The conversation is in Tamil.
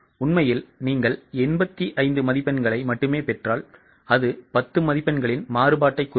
உண்மையில் நீங்கள் 85 மதிப்பெண்களை மட்டுமே பெற்றால் அது 10 மதிப்பெண்களின் மாறுபாட்டைக் குறிக்கும்